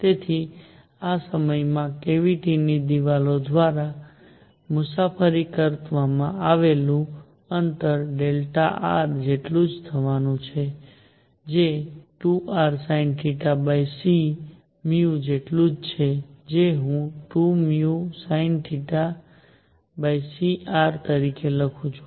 તેથી આ સમયમાં કેવીટીની દિવાલો દ્વારા મુસાફરી કરવામાં આવેલુ અંતર Δr જેટલું જ થવાનું છે જે 2rsinθcv જેટલું છે જે હું 2vsinθcr તરીકે લખી શકું છું